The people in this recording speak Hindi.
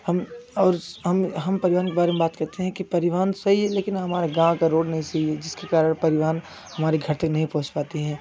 हम और हम हम परिवहन बारे में बात करते हैं कि परिवहन सही है लेकिन हमारे गाँव का रोड नहीं सही है जिसके कारण परिवहन हमारे घर तक नहीं पहुँच पाती है